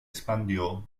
expandió